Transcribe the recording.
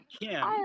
Kim